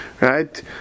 right